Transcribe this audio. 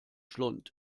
schlund